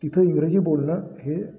तिथं इंग्रजी बोलणं हे